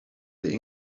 the